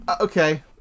Okay